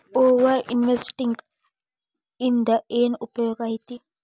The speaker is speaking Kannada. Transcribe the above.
ಓವರ್ ಇನ್ವೆಸ್ಟಿಂಗ್ ಇಂದ ಏನ್ ಉಪಯೋಗ ಐತಿ